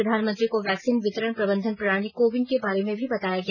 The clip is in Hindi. प्रधानमंत्री को वैक्सीन वितरण प्रबंधन प्रणाली को विन के बारे में भी बताया गया